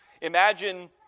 Imagine